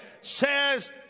says